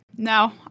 No